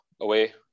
away